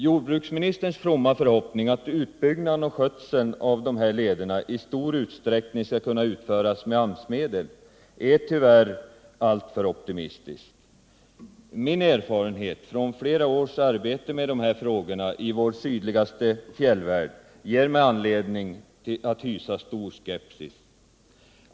Jordbruksministerns fromma förhoppning om att utbyggnaden och skötseln av leder i stor utsträckning skall kunna utföras med AMS-medel är ty värr alltför optimistisk. Min erfarenhet från flera års arbete med dessa frågor i vår sydligaste fjällvärld ger mig anledning att hysa stor skepsis.